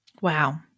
Wow